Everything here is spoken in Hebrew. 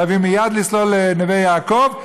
חייבים מייד לסלול לנווה יעקב,